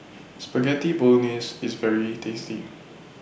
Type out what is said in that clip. Spaghetti Bolognese IS very tasty